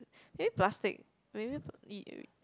maybe plastic maybe